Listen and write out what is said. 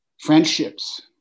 friendships